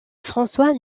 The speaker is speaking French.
françois